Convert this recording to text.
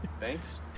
thanks